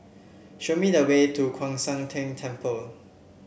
show me the way to Kwan Siang Tng Temple